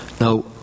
Now